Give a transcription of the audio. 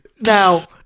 now